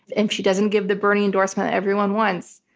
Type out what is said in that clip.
and if she doesn't give the bernie endorsement everyone wants,